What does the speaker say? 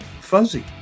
fuzzy